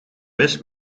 mis